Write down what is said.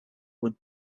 would